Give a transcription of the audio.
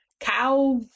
cow